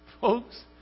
Folks